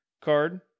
card